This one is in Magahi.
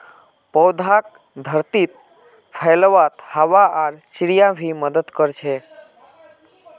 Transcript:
पौधाक धरतीत फैलवात हवा आर चिड़िया भी मदद कर छे